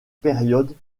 périodes